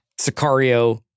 Sicario